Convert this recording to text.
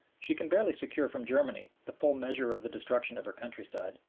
she can barely secure from germany the full measure of the destruction of her countryside.